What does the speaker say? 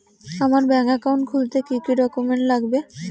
আমার bank account খুলতে কি কি ডকুমেন্ট লাগবে?